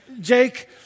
Jake